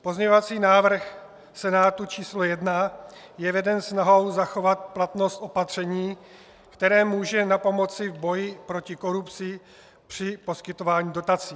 Pozměňovací návrh Senátu číslo 1 je veden snahou zachovat platnost opatření, které může napomoci v boji proti korupci při poskytování dotací.